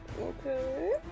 Okay